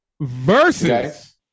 versus